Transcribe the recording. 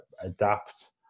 adapt